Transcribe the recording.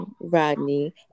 Rodney